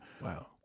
Wow